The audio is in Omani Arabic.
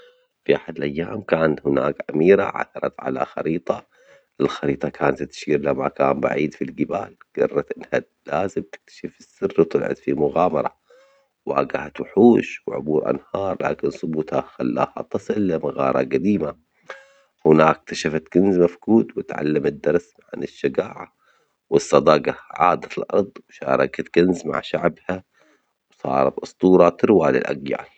في أحد الأيام كانت هناك أميرة عثرت على خريطة، الخريطة كانت تشير إلى مكان بعيد في الجبال جررت إنها لازم تكتشف السر وطلعت في مغامرة واجهت وحوش وعبور أنهار لكن ثبوتها خلاها تصل لمغارة جديمة هناك اكتشفت كنز مفقود واتعلمت درس عن الشجاعة و الصداجة، عادت الأرض وشاركت الكنز مع شعبها وصارت أسطورة تروى للأجيال.